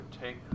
take